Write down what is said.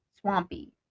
Swampy